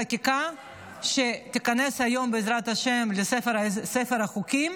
חקיקה שתיכנס היום, בעזרת השם, לספר החוקים.